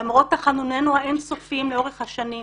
למרות תחנונינו האינסופיים לאורך השנים,